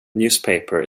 newspaper